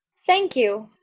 thank you,